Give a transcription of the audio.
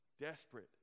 desperate